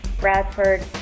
Bradford